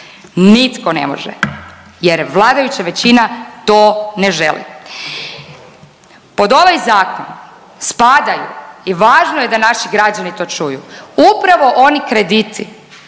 Nitko ne može jer vladajuća većina to ne želi. Pod ovaj zakon spadaju i važno je da naši građani to čuju, upravo oni krediti